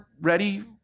ready